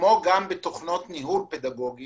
כמו גם בתוכנות ניהול פדגוגי